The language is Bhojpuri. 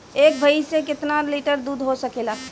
एक भइस से कितना लिटर दूध हो सकेला?